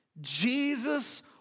Jesus